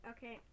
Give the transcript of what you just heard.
Okay